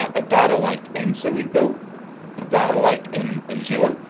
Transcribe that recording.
a data like and so we built a data like in azure, ah,